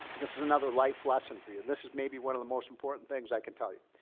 this is another life lesson for you. and this is maybe one of the most important things i can tell you.